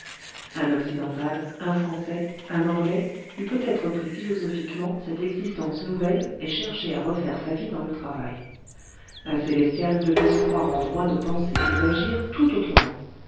un occidental un français un anglais eût peut-être pris philosophiquement cette existence nouvelle et cherché à refaire sa vie dans le travail un célestial devait se croire en droit de penser et d'agir tout autrement